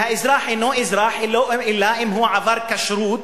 והאזרח אינו אזרח אלא אם כן הוא עבר כשרות